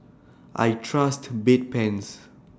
I Trust Bedpans